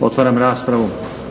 **Stazić,